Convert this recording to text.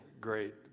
great